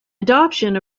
adoption